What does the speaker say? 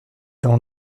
dans